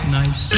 nice